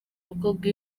mukobwa